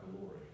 glory